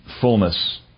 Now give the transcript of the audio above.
fullness